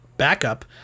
Backup